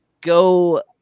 go